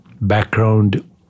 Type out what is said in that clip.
background